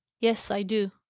yes, i do.